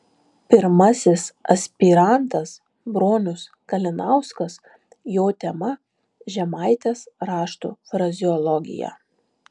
pirmasis aspirantas bronius kalinauskas jo tema žemaitės raštų frazeologija